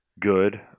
good